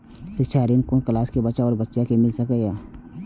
शिक्षा ऋण कुन क्लास कै बचवा या बचिया कै मिल सके यै?